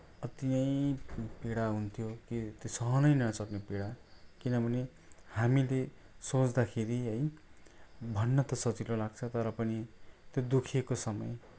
अत्ति नै पीडा हुन्थ्यो के त्यो सहनै नसक्ने पीडा किनभने हामीले सोच्दाखेरि है भन्न त सजिलो लाग्छ तर पनि त्यो दुखेको समय